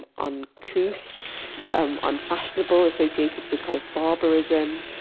ah uncouth, um unfashionable, associated with kind of barbarism,